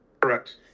Correct